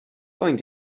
going